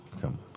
come